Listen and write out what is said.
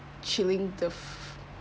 chilling the